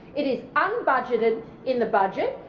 it is unbudgeted in the budget.